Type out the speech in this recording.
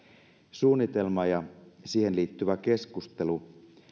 suunnitelma ja siihen liittyvä keskustelu